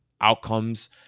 outcomes